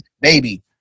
baby